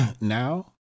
Now